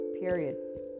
Period